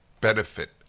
benefit